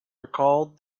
recalled